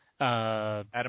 Adam